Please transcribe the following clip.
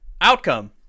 outcome